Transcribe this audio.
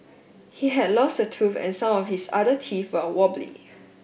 he had lost a tooth and some of his other teeth were wobbly